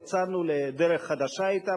יצאנו לדרך חדשה אתם,